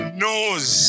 knows